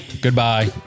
goodbye